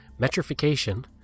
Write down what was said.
metrification